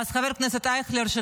ואז חבר הכנסת אייכלר גם נרתם לאירוע,